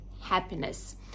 happiness